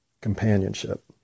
companionship